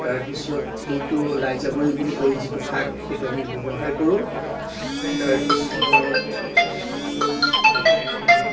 তাৰ পাছত সেইটো লাই জাবৰি বুলি কয় যিটো শাক সেইটো আমি ব্যৱহাৰ কৰোঁ তাৰপিছত